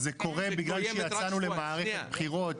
זה קורה בגלל שיצאנו למערכת בחירות.